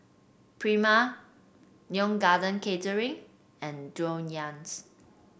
Prima Neo Garden Catering and Dreyers